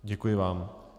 Děkuji vám.